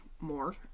more